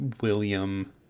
william